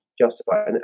justify